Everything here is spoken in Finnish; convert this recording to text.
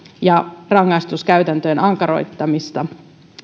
ja rangaistuskäytäntöjen ankaroittamista